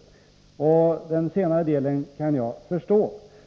— och det senare kan jag förstå.